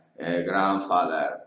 grandfather